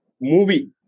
movie